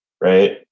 right